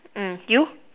um you